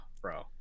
bro